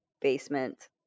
basement